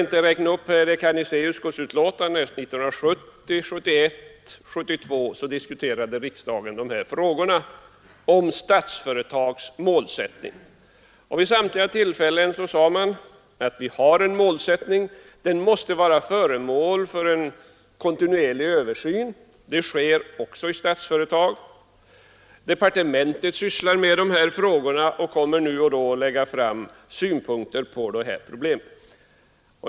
1970, 1971 och 1972 diskuterade riksdagen frågan om Statsföretags målsättning. Vid samtliga tillfällen framhöll utskottet att det finns en målsättning. Den måste vara föremål för en kontinuerlig översyn. Detta sker också i Statsföretag. Departementet sysslar med dessa frågor och kommer nu och då att föra fram synpunkter på dessa problem.